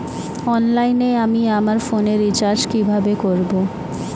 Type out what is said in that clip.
অনলাইনে আমি আমার ফোনে রিচার্জ কিভাবে করব?